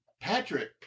Patrick